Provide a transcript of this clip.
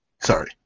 Sorry